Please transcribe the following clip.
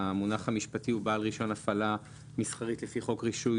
המונח המשפטי הוא "בעל רישיון הפעלה מסחרית לפי חוק רישוי